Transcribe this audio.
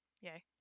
Yay